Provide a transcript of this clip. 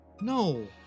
no